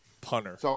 Punter